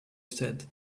said